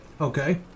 Okay